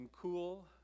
cool